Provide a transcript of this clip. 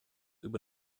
über